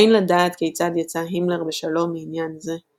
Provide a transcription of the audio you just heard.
אין לדעת כיצד יצא הימלר בשלום מעניין זה,